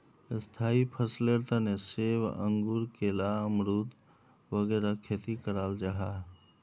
स्थाई फसलेर तने सेब, अंगूर, केला, अमरुद वगैरह खेती कराल जाहा